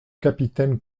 capitaine